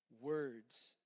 words